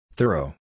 Thorough